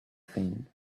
thing